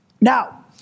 Now